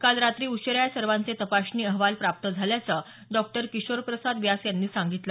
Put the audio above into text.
काल रात्री उशिरा या सर्वांचे तपासणी अहवाल प्राप्त झाल्याचं डॉक्टर किशोरप्रसाद व्यास यांनी सांगितलं